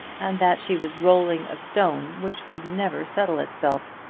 and that she was rolling a stone which would never settle itself,